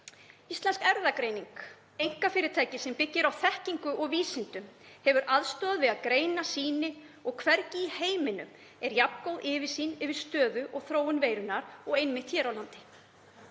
Íslensk erfðagreining, einkafyrirtæki sem byggir á þekkingu og vísindum, hefur aðstoðað við að greina sýni og hvergi í heiminum er jafn góð yfirsýn yfir stöðu og þróun veirunnar og einmitt hér á landi.